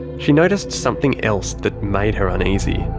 she noticed something else that made her uneasy.